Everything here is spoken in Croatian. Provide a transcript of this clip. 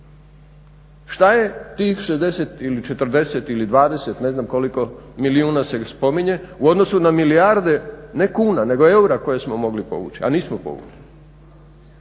Šta je tih 60 ili 40 ili 20 ne znam koliko milijuna se spominje u odnosu na milijarde ne kuna nego eura koje smo mogli povuć, a nismo povukli.